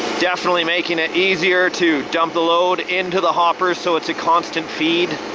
definitely making it easier to dump the load into the hopper so it's a constant feed.